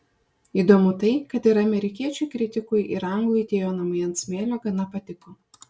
įdomu tai kad ir amerikiečiui kritikui ir anglui tie jo namai ant smėlio gana patiko